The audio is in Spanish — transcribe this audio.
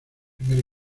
primer